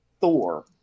Thor